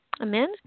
Amen